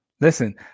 listen